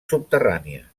subterrànies